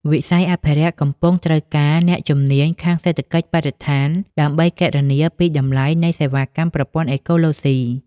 វិស័យអភិរក្សកំពុងត្រូវការអ្នកជំនាញខាងសេដ្ឋកិច្ចបរិស្ថាន ដើម្បីគណនាពីតម្លៃនៃសេវាកម្មប្រព័ន្ធអេកូឡូស៊ី។